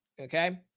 Okay